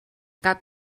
cap